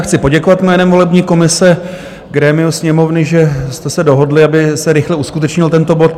Chci poděkovat jménem volební komise grémiu Sněmovny, že jste se dohodli, aby se rychle uskutečnil tento bod.